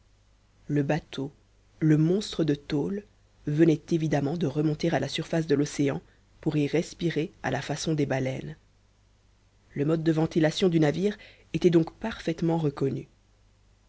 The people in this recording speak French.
le bateau le monstre de tôle venait évidemment de remonter à la surface de l'océan pour y respirer à la façon des baleines le mode de ventilation du navire était donc parfaitement reconnu